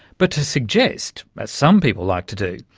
but to suggest, as some people like to do,